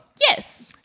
Yes